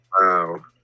Wow